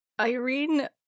Irene